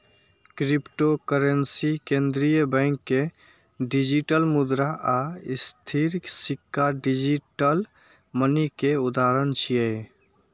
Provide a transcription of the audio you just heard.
cryptocurrency, केंद्रीय bank के digital मुद्रा आ स्थिर सिक्का डिजिटल मनी के उदाहरण छियै